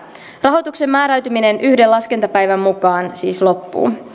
rahoituksen määräytyminen yhden laskentapäivän mukaan siis loppuu